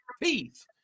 peace